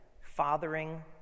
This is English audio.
Fathering